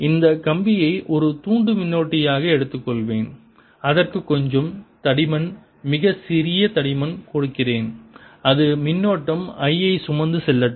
இந்த கம்பியை ஒரு தூண்டு மின்னோட்டியாக எடுத்துக்கொள்வேன் அதற்கு கொஞ்சம் தடிமன் மிகச் சிறிய தடிமன் கொடுக்கிறேன் அது மின்னோட்டம் I ஐ சுமந்து செல்லட்டும்